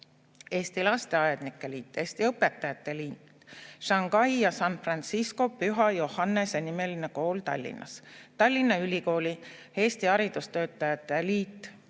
Eesti Lasteaednike Liit, Eesti Õpetajate Liit, Shanghai ja San Francisco Püha Johannese nimeline Kool Tallinnas, Tallinna Ülikool, Eesti Haridustöötajate Liit,